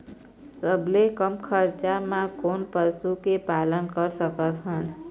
सबले कम खरचा मा कोन पशु के पालन कर सकथन?